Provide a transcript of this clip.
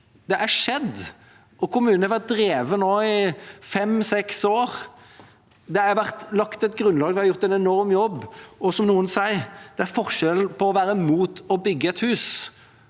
Det har skjedd, og kommunen har nå vært drevet i fem–seks år. Det har blitt lagt et grunnlag, og vi har gjort en enorm jobb. Som noen sier: Det er en forskjell på å være mot å bygge et hus